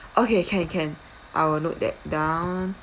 okay can can I will note that down